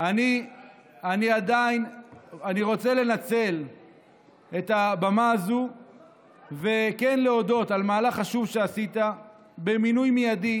אני רוצה לנצל את הבמה הזאת וכן להודות על מהלך חשוב שעשית במינוי מיידי